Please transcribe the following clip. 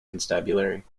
constabulary